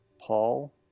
Paul